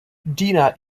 dina